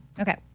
Okay